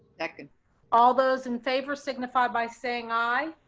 like and all those in favor, signify by saying aye.